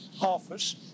office